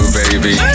baby